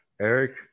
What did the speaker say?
Eric